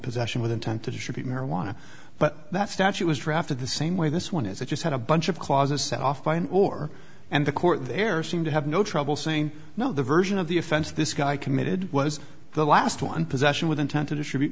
possession with intent to distribute marijuana but that statute was drafted the same way this one is that just had a bunch of clauses set off by a war and the court there seemed to have no trouble saying no the version of the offense this guy committed was the last one possession with intent to distribute